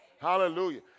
Hallelujah